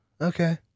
Okay